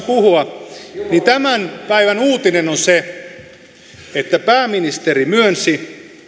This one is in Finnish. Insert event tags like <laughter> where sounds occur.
<unintelligible> puhua tämän päivän uutinen on se että pääministeri myönsi